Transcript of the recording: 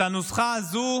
את הנוסחה הזו